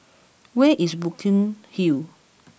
where is Burkill Hall